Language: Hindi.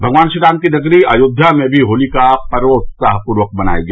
भगवान श्रीराम की नगरी अयोध्या में भी होती का पर्व उत्साह पूर्वक मनाया गया